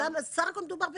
סך הכול מדובר בטופס,